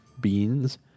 beans